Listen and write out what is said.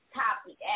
topic